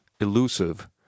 elusive